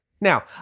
Now